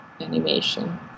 animation